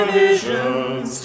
visions